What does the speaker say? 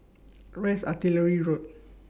Where IS Artillery Road